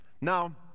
Now